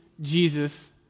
Jesus